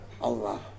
Allah